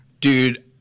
Dude